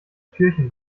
türchen